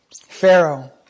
Pharaoh